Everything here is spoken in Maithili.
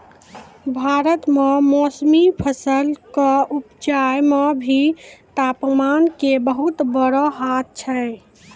भारत मॅ मौसमी फसल कॅ उपजाय मॅ भी तामपान के बहुत बड़ो हाथ छै